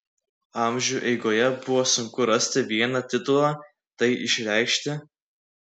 amžių eigoje buvo sunku rasti vieną titulą tai išreikšti